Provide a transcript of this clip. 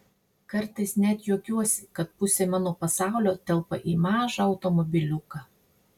kartais net juokiuosi kad pusė mano pasaulio telpa į mažą automobiliuką